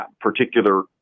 particular